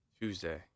Tuesday